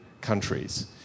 countries